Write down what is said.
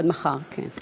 עד מחר, כן.